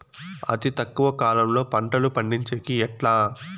అతి తక్కువ కాలంలో పంటలు పండించేకి ఎట్లా?